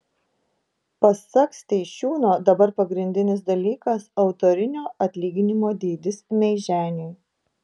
pasak steišiūno dabar pagrindinis dalykas autorinio atlyginimo dydis meiženiui